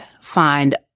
find